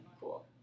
Cool